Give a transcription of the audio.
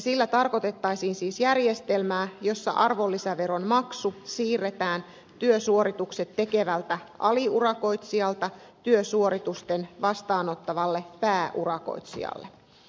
sillä tarkoitettaisiin siis järjestelmää jossa arvonlisäveron maksu siirretään työsuoritukset tekevältä aliurakoitsijalta työsuoritukset vastaan ottavalle pääurakoitsijalle